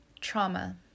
trauma